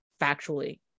factually